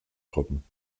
gruppen